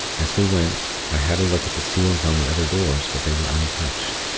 as we went, i had a look at the seals on the other doors but they were untouched.